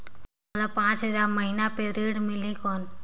मोला पांच हजार महीना पे ऋण मिलही कौन?